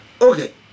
Okay